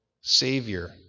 Savior